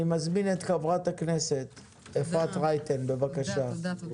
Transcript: מזמין את חברת הכנסת אפרת רייטן מרום,